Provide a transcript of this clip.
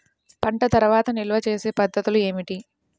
పంట తర్వాత నిల్వ చేసే పద్ధతులు ఏమిటి?